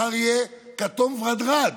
מחר יהיה כתום ורדרד.